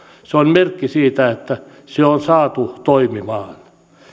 se on merkki siitä että se on saatu toimimaan